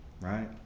Right